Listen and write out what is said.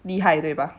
厉害对吧